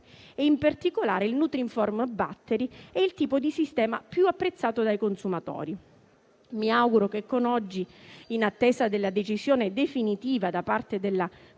In particolare il nutrinform battery è il tipo di sistema più apprezzato dai consumatori. Mi auguro che con oggi, in attesa della decisione definitiva da parte della Commissione